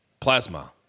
Plasma